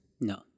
No